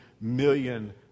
million